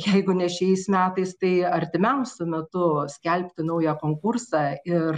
jeigu ne šiais metais tai artimiausiu metu skelbti naują konkursą ir